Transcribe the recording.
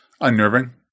unnerving